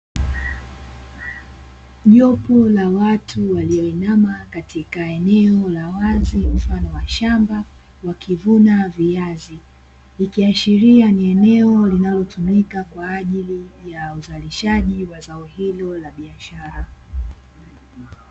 Jopo la watu walioinama katika eneo la wazi mfano wa shamba; wakivuna viazi, ikiashiria ni eneo linalotumika kwa ajili ya uzalishaji wa zao hilo la biashara.